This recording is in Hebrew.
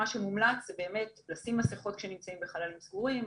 מה שמומלץ זה באמת לשים מסכות כשנמצאים בחללים סגורים,